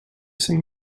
sing